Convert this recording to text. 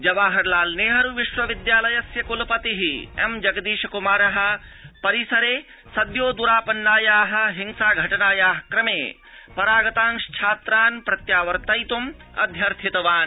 जवाहरलालनेहरु विश्वविद्यालयस्य कुलपति एम् जगदीश कुमार परिसरे सद्यो द्रापन्नाया हिंसा घटनाया क्रमे परागतांश्छात्रान् प्रत्यागन्तुम् अध्यर्थितवान्